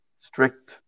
strict